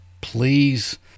please